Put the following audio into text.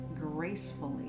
gracefully